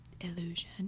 illusion